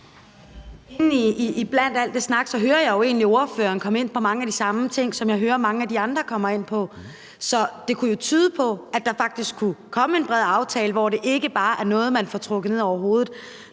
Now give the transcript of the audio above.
Eriksen (M): I al den snak hører jeg jo egentlig ordføreren komme ind på mange af de samme ting, som jeg hører at mange af de andre kommer ind på. Så det kunne jo tyde på, at der faktisk kunne komme en bred aftale, hvor det ikke bare er noget, man får trukket ned over hovedet.